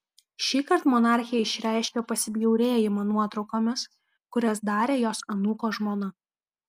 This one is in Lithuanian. šįkart monarchė išreiškė pasibjaurėjimą nuotraukomis kurias darė jos anūko žmona